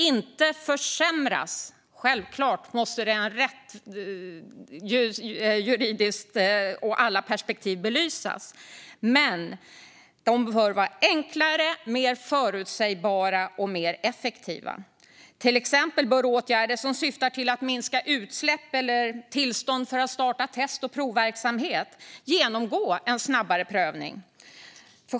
Den ska självklart inte försämras - det juridiska perspektivet och alla andra perspektiv måste förstås belysas - men processen bör blir enklare, mer förutsägbar och mer effektiv. Till exempel bör åtgärder som syftar till att minska utsläpp eller till att ge tillstånd för att starta test eller provverksamhet genomgå en snabbare prövning.